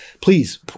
please